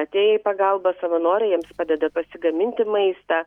atėję į pagalbą savanoriai jiems padeda pasigaminti maistą